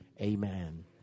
Amen